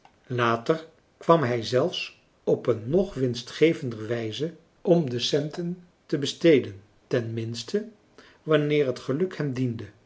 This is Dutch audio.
later kwam hij zelfs op een nog winstgevender wijze om de centen te besteden ten minste wanneer het geluk hem diende